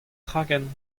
traken